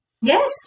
Yes